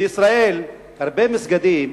בישראל הרבה מסגדים,